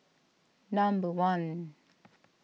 number one